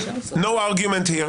אין ויכוח.